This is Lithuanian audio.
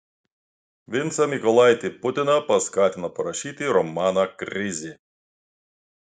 vincą mykolaitį putiną paskatino parašyti romaną krizė